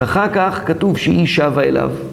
אחר כך כתוב שהיא שבה אליו.